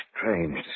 strange